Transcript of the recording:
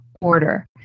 order